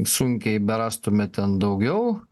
sunkiai berastume ten daugiau